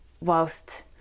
whilst